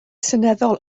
seneddol